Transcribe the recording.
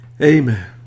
Amen